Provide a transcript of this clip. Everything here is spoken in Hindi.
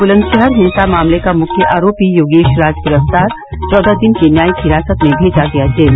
बुलंदशहर हिंसा मामले का मुख्य आरोपी योगेश राज गिरफ्तार चौदह दिन की न्यायिक हिरासत में भेजा गया जेल